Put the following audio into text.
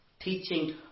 Teaching